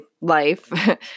life